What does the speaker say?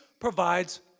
provides